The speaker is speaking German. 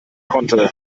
konnte